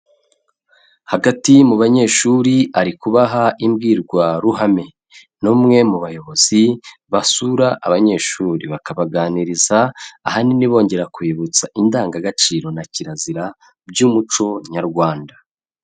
Hagati mu banyeshuri ari kubaha imbwirwaruhame, ni umwe mu bayobozi basura abanyeshuri bakabaganiriza ahanini bongera kubibutsa indangagaciro na kirazira by'umuco nyarwanda.